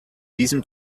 diesem